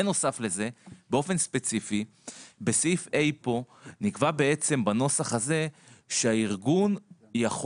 בנוסף לזה באופן ספציפי בסעיף (ה) פה נקבע בנוסח הזה שהארגון יכול